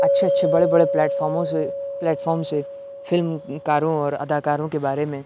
اچھے اچھے بڑے بڑے پلیٹ فارموں سے پلیٹ فارم سے فلم کاروں اور اداکاروں کے بارے میں